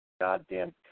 Goddamn